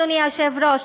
אדוני היושב-ראש.